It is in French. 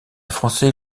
français